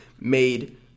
made